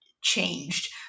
changed